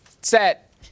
set